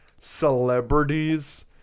celebrities –